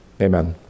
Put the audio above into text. Amen